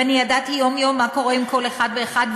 ואני ידעתי יום-יום מה קורה עם כל אחד ואחד,